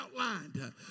outlined